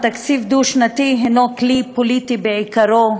תקציב דו-שנתי הוא כלי פוליטי בעיקרו,